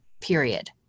period